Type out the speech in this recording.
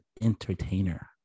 entertainer